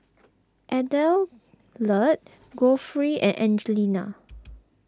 Adelard Godfrey and Angelina